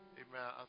amen